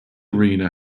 arena